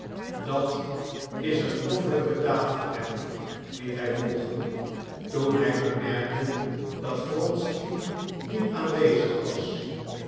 dat is een loffelijke daad van hem liet hij volgen toen hij bemerkte dat wronsky niet aanwezig was